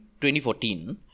2014